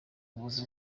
buvuzi